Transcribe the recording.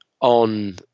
on